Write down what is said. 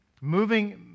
moving